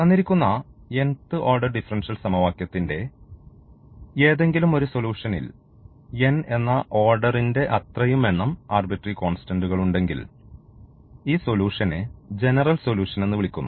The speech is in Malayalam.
തന്നിരിക്കുന്ന nth ഓർഡർ ഡിഫറൻഷ്യൽ സമവാക്യത്തിൻറെ ഏതെങ്കിലും ഒരു സൊലൂഷൻൽ n എന്ന ഓർഡർൻറെ അത്രയും എണ്ണം ആർബിട്രറി കോൺസ്റ്റന്റുകളുണ്ടെങ്കിൽ ഈ സൊലൂഷനെ ജനറൽ സൊലൂഷനെന്ന് വിളിക്കുന്നു